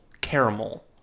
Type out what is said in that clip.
Caramel